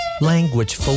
Language